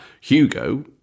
Hugo